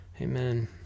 Amen